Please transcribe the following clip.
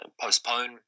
postpone